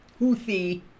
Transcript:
Houthi